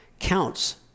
Counts